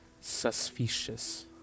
Suspicious